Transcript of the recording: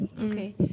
Okay